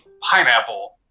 pineapple